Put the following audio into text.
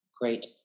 great